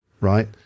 Right